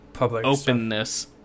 openness